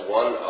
one